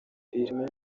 filime